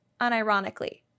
unironically